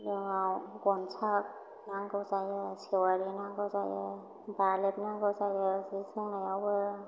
नोआव गनसा नांगौ जायो सेवारि नांगौ जायो बालेब नांगौ जायो जि सोंनायावबो